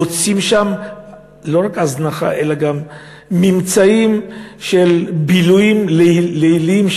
מוצאים שם לא רק הזנחה אלא גם ממצאים של בילויים ליליים,